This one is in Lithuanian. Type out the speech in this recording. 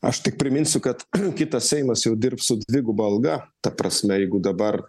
aš tik priminsiu kad kitas seimas jau dirbs su dviguba alga ta prasme jeigu dabar